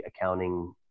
accounting